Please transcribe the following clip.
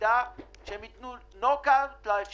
ערבים החרדים לגורלם.